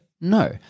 no